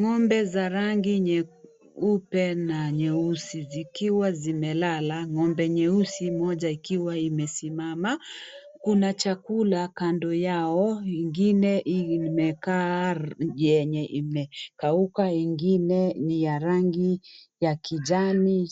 Ngombe za rangi nyeupe na nyeusi zikiwa zimelala. Ngombe nyeusi mmoja ikiwa imesimama, kuna chakula Kando yao ingine imekaa yenye imekauka, ingine yenye rangi ya kijani